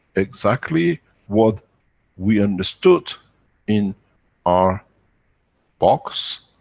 exactly what we understood in our box,